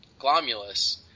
Glomulus